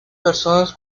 personas